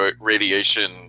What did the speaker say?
radiation